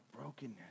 brokenness